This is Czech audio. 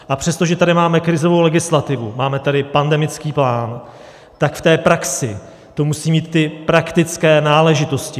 A přestože tady máme krizovou legislativu, máme tady pandemický plán, tak v té praxi to musí mít ty praktické náležitosti.